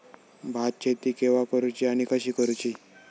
भात शेती केवा करूची आणि कशी करुची?